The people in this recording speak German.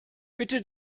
bitte